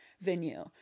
venue